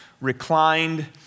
reclined